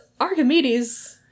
Archimedes